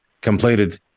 completed